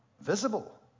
visible